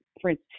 Prince